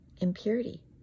impurity